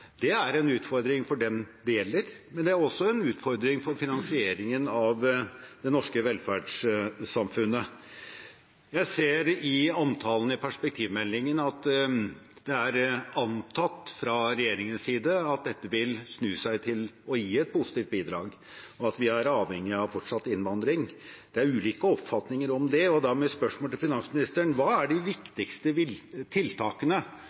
Det er en utfordring for dem det gjelder, men det er også en utfordring for finansieringen av det norske velferdssamfunnet. Jeg ser i omtalen i perspektivmeldingen at det er antatt fra regjeringens side at dette vil snu og gi et positivt bidrag, og at vi er avhengig av fortsatt innvandring. Det er ulike oppfatninger av det, og da er mitt spørsmål til finansministeren: Hva er de viktigste tiltakene